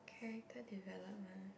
character development